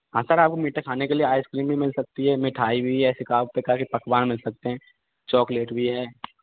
हाँ सर आपको मीठा खाने के लिए आइस क्रीम भी मिल सकती है मिठाई भी ऐसे काफ़ी प्रकार के पकवान मिल सकते हैं चॉकलेट भी है